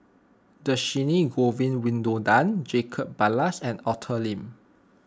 Dhershini Govin Winodan Jacob Ballas and Arthur Lim